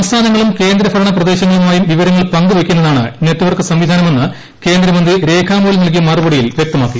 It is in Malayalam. സംസ്ഥാനങ്ങളും കേന്ദ്രഭരണ പ്രദേശങ്ങളുമായും വിവരങ്ങൾ പങ്കുവയ്ക്കുന്നതാണ് നെറ്റ്വർക്ക് സംവിധാനമെന്ന് കേന്ദ്രമന്ത്രി രേഖാമൂലം നൽകിയ മറുപടിയിൽ വ്യക്തമാക്കി